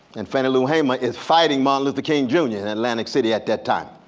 and fannie lou hamer is fighting martin luther kind junior in atlantic city at that time.